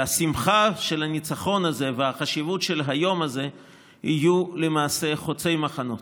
השמחה על הניצחון הזה והחשיבות של היום הזה יהיו למעשה חוצי מחנות.